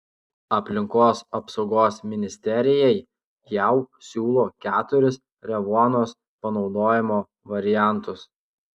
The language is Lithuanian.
aplinkos apsaugos ministerijai jau siūlo keturis revuonos panaudojimo variantus